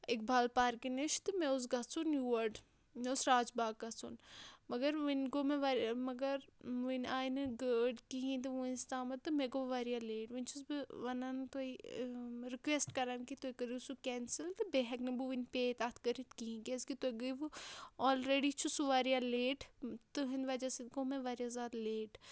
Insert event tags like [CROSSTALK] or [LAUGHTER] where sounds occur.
اِقبال پارکہِ نِش تہٕ مےٚ اوس گژھُن یور مےٚ اوس راج باغ گژھُن مگر وٕنۍ گوٚو مےٚ [UNINTELLIGIBLE] مگر وٕنۍ آے نہٕ گٲڑۍ کِہیٖنۍ تہٕ وٕنیُک تامَتھ تہٕ مےٚ گوٚو واریاہ لیٹ وٕنۍ چھَس بہٕ وَنان تۄہہِ رِکوٮ۪سٹ کران کہِ تُہۍ کٔرِو سُہ کٮ۪نسٕل تہٕ بیٚیہِ ہٮ۪کہٕ نہٕ بہٕ وٕنہِ پے تَتھ کٔرِتھ کِہیٖنۍ کیٛازکہِ تُہۍ گٔیوٕ آلرٔڈی چھُ سُہ واریاہ لیٹ تٕہٕنٛدۍ وجہ سۭتۍ گوٚو مےٚ واریاہ زیادٕ لیٹ